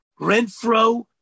Renfro